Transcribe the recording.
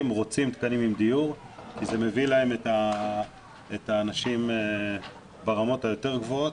רוצים תקנים עם דיור כי זה מביא להם את האנשים ברמות היותר גבוהות.